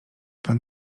pan